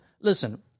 listen